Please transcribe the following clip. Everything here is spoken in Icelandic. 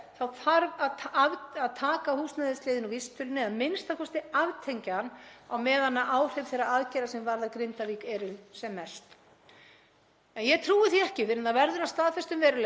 Ég trúi því ekki fyrr en það verður að staðfestum veruleika og samþykkt hér á hinu háa Alþingi að ekki sé hægt að gera betur en að fara beint í lántökur, með tilheyrandi afleiðingum fyrir þjóðina alla en þó sérstaklega þau sem verst standa.